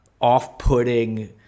off-putting